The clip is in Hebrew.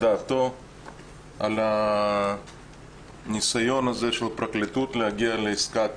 דעתו על הניסיון הזה של הפרקליטות להגיע לעסקת טיעון.